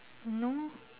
no